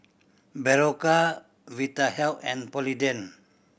Berocca Vitahealth and Polident